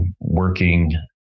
working